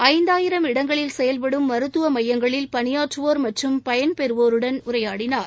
ஐந்தாயிரம் இடங்களில் செயல்படும் மருத்துவ மையங்களில் பணியாற்றுவோர் மற்றும் பயன்பெறுவோருடன் உரையாடினார்